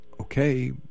okay